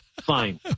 Fine